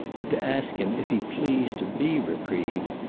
but to ask him if he pleased to be reprieved,